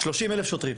30 אלף שוטרים,